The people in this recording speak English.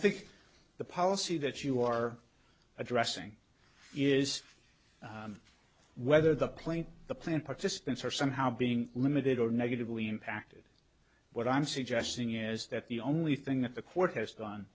think the policy that you are addressing is whether the plane the plan participants are somehow being limited or negatively impacted what i'm suggesting is that the only thing that the court